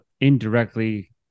indirectly